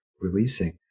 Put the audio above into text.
releasing